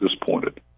disappointed